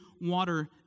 water